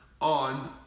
on